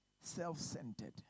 self-centered